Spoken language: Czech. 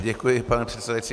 Děkuji, pane předsedající.